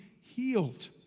healed